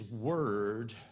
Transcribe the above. word